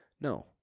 no